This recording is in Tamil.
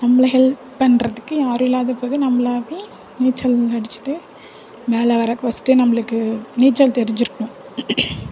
நம்மளை ஹெல்ப் பண்ணுறதுக்கு யாரும் இல்லாதப்பவே நம்மளாவே நீச்சல் அடிச்சிட்டு மேல வரதுக்கு ஃபஸ்ட்டு நம்மளுக்கு நீச்சல் தெரிஞ்சிருக்கணும்